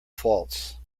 faults